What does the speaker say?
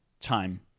time